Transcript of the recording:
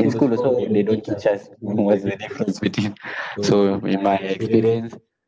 in school also they don't teach us what is the difference between so in my experience